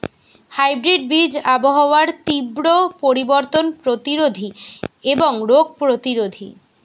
hybrid বীজ আবহাওয়ার তীব্র পরিবর্তন প্রতিরোধী এবং রোগ প্রতিরোধী